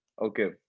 okay